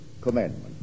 Commandment